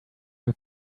you